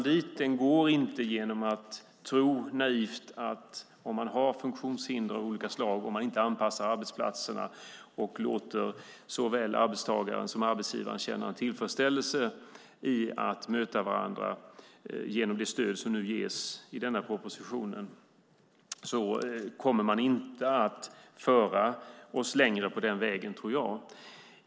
Om det finns människor med olika slags funktionshinder och vi inte anpassar arbetsplatserna för dem och därmed låter såväl arbetstagaren som arbetsgivaren - genom det stöd som ges i denna proposition - känna en tillfredsställelse i att möta varandra, är det naivt att tro att vi kommer framåt på den vägen.